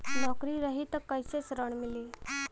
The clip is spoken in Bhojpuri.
नौकरी रही त कैसे ऋण मिली?